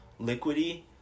liquidy